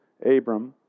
Abram